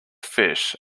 fish